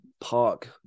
Park